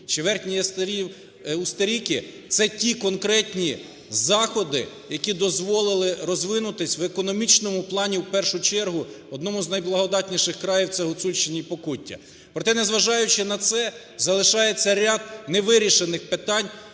Ясенів-Устеріки. Це ті конкретні заходи, які дозволили розвинутись в економічному плані, в першу чергу одному з найблагодатнішийх країв – це Гуцульщини і Покуття. Проте, незважаючи на це, залишається ряд невирішених питань,